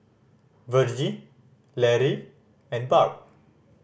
Virgie Lary and Barb